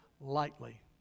lightly